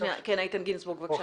איתן גינזבורג, בבקשה.